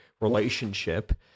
relationship